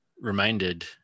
reminded